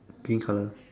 green colour